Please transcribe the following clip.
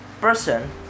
person